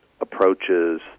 approaches